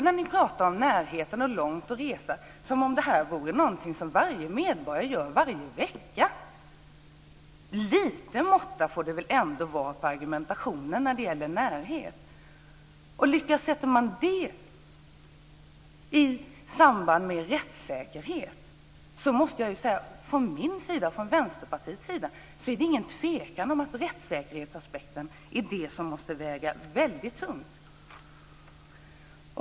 När ni pratar om närheten och långa resor låter det som om det här vore någonting som varje medborgare gör varje vecka. Lite måtta får det väl ändå vara på argumentationen när det gäller närhet. Sätter man det i samband med rättssäkerhet måste jag säga att det från min och Vänsterpartiets sida inte är någon tvekan om att rättssäkerhetsaspekten är det som måste väga väldigt tungt.